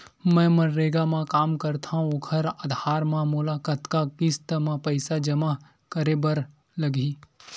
मैं मनरेगा म काम करथव, ओखर आधार म मोला कतना किस्त म पईसा जमा करे बर लगही?